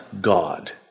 God